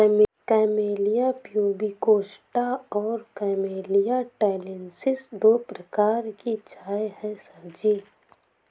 camellia pubicosta और camellia taliensis दो प्रकार की चाय है सर जी